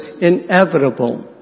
inevitable